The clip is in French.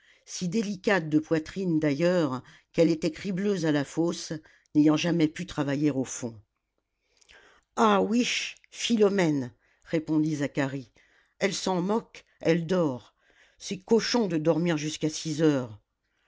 si délicate de poitrine d'ailleurs qu'elle était cribleuse à la fosse n'ayant jamais pu travailler au fond ah ouiche philomène répondit zacharie elle s'en moque elle dort c'est cochon de dormir jusqu'à six heures